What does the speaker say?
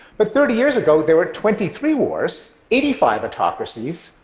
but thirty years ago, there were twenty three wars, eighty five autocracies,